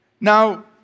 Now